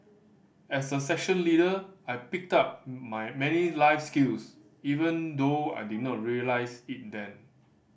as a section leader I picked up my many life skills even though I did not realise it then